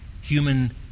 human